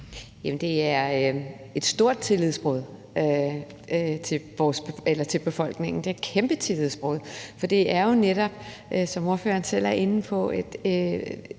(DD): Det er et stort tillidsbrud over for befolkningen – det er et kæmpe tillidsbrud. For det er jo netop, som ordføreren selv er inde på,